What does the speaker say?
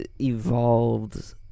evolved